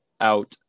out